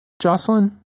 Jocelyn